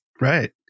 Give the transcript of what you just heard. Right